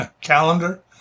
calendar